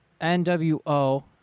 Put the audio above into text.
NWO